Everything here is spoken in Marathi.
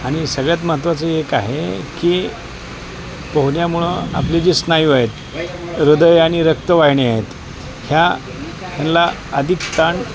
आणि सगळ्यात महत्त्वाचं एक आहे की पोहण्यामुळं आपले जे स्नायू आहेत हृदय आणि रक्तवाहिन्या आहेत ह्या ह्यांना अधिक ताण